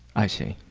i see.